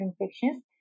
infections